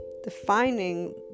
defining